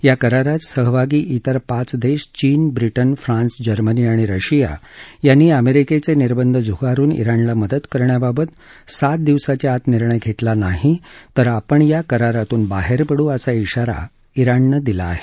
या करारात सहभागी तिर पाच देश चीन ब्रिटन फ्रान्स जर्मनी आणि रशिया यांनी अमेरिकेचे निर्बंध झुगारुन ज़णला मदत करण्याबाबत सात दिवसांच्या आत निर्णय घेतला नाही तर आपण या करारातून बाहेर पडू असा शिवारा जिणनं दिला आहे